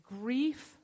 grief